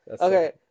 Okay